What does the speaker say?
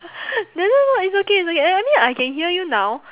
then no it's okay it's okay uh I mean I can hear you now